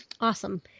awesome